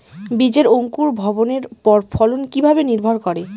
বীজের অঙ্কুর ভবনের ওপর ফলন কিভাবে নির্ভর করে?